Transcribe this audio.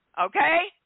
Okay